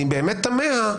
אני באמת תמה,